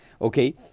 okay